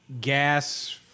gas